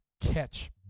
catch